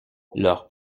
leur